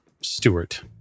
Stewart